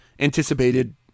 anticipated